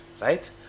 Right